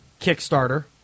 Kickstarter